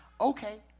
okay